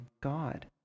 God